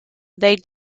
they